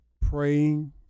praying